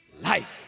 life